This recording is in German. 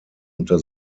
unter